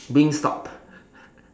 wingstop